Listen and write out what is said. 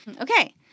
Okay